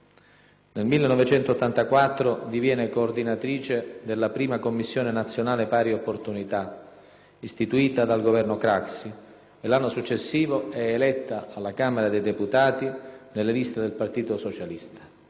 Nel 1984 diviene coordinatrice della prima Commissione nazionale per le pari opportunità, istituita dal Governo Craxi, e l'anno successivo è eletta alla Camera dei deputati nelle liste del Partito Socialista;